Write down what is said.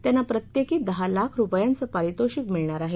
त्यांना प्रत्येकी दहा लाख रुपयांचं पारितोषिक मिळणार आहे